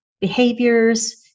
behaviors